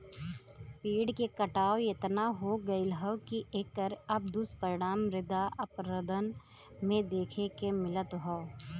पेड़ के कटाव एतना हो गयल हौ की एकर अब दुष्परिणाम मृदा अपरदन में देखे के मिलत हौ